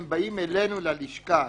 הם באים אלינו ללשכת